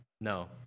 no